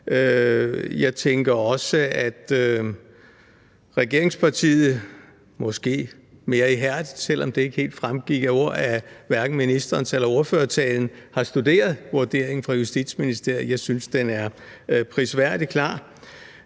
Jeg tænker også, at regeringspartiet – måske mere ihærdigt, selv om det ikke helt fremgik af hverken ministerens eller ordførerens tale – har studeret vurderingen fra Justitsministeriet. Jeg synes, den er prisværdig klar.